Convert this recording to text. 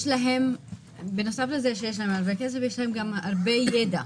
יש להם הרבה כסף וגם הרבה ידע,